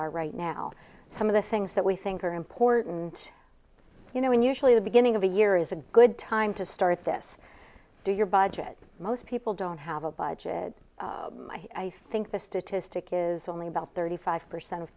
are right now some of the things that we think are important you know in usually the beginning of a year is a good time to start this do your budget most people don't have a budget i think the statistic is only about thirty five percent of